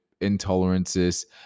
intolerances